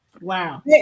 Wow